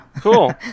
Cool